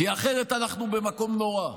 כי אחרת אנחנו במקום נורא.